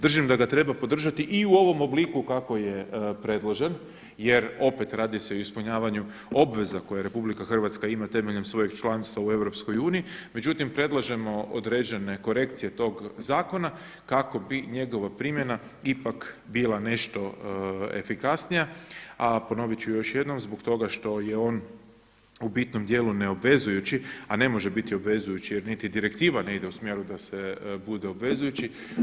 Držim da ga treba podržati i u ovom obliku kako je predložen jer opet, radi se o ispunjavanju obveza koje Republika Hrvatska ima temeljem svojeg članstva u Europskoj uniji, međutim predlažemo određene korekcije tog zakona kako bi njegova primjena ipak bila nešto efikasnija, a ponovit ću još jednom, zbog toga što je on u bitnom dijelu neobvezujući, a ne može biti obvezujući jer niti direktiva ne ide u smjeru da se bude obvezujući.